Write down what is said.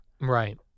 Right